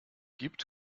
gibt